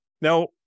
Now